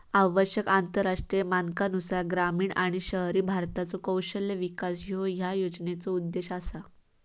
आवश्यक आंतरराष्ट्रीय मानकांनुसार ग्रामीण आणि शहरी भारताचो कौशल्य विकास ह्यो या योजनेचो उद्देश असा